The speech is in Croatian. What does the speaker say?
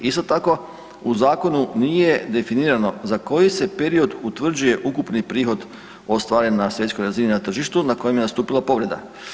Isto tako u zakonu nije definirano za koji se period utvrđuje ukupni prihod ostvaren na svjetskoj razini na tržištu na kojem je nastupila povreda.